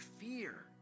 fear